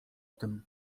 tym